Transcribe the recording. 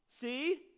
See